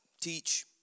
teach